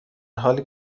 حالی